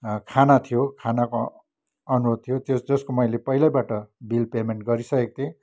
खाना थियो खानाको अनुरोध थियो जसको मैले पहिल्यैबाट बिल पेमेन्ट गरिसकेको थिएँ